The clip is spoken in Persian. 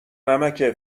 نمکه